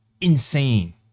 insane